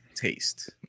taste